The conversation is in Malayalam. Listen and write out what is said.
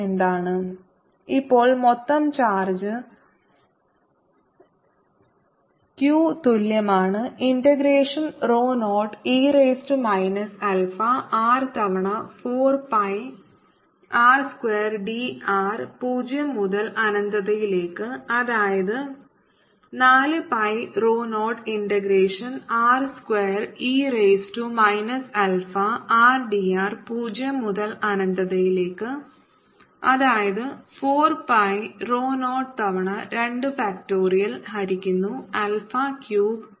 n1 W4π0202312 2222α3 162α4 2312α34π020585 ഇപ്പോൾ മൊത്തം ചാർജ് Q തുല്യമാണ് integration rho 0 e raise to minus alpha r തവണ 4 pi r സ്ക്വയർ dr 0 മുതൽ അനന്തതയിലേക്ക് അതായത് 4 pi rho 0 integration r square e raise to minus alpha r d r 0 മുതൽ അനന്തതയിലേക്ക് അതായത് 4 pi rho 0 തവണ 2 ഫാക്റ്റോറിയൽ ഹരിക്കുന്നു ആൽഫ ക്യൂബ് കൊണ്ട്